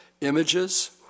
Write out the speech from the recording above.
images